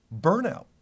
burnout